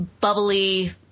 bubbly